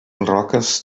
roques